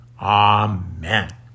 Amen